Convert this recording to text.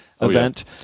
event